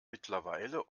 mittlerweile